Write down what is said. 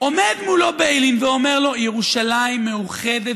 עומד מולו ביילין ואומר לו: ירושלים מאוחדת,